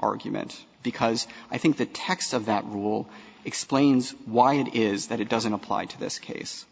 argument because i think the text of that rule explains why it is that it doesn't apply to this case